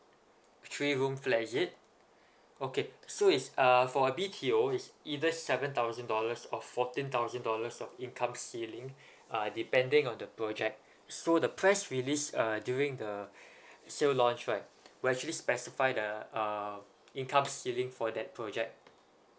three room flat is it okay so it's uh for B_T_O it's either seven thousand dollars or fourteen thousand dollars of income ceiling uh depending on the project so the press releasen uh during the sale launch right will actually specify the uh income ceiling for that project